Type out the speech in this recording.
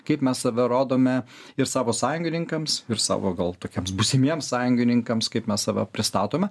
kaip mes save rodome ir savo sąjungininkams ir savo gal tokiems būsimiems sąjungininkams kaip mes save pristatome